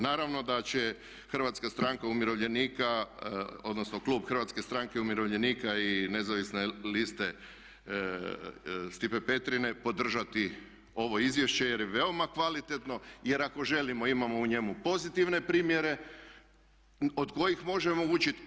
Naravno da će Hrvatska stranka umirovljenika, odnosno klub Hrvatske stranke umirovljenika i nezavisne liste Stipe Petrine podržati ovo izvješće jer je veoma kvalitetno, jer ako želimo imamo u njemu pozitivne primjere od kojih možemo učiti.